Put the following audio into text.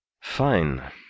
Fine